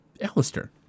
Alistair